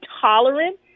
tolerant